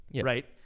right